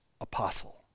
apostle